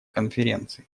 конференции